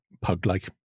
pug-like